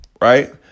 right